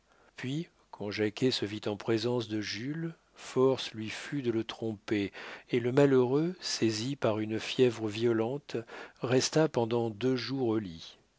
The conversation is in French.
puis quand jacquet se vit en présence de jules force lui fut de le tromper et le malheureux saisi par une fièvre violente resta pendant deux jours au lit